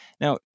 Now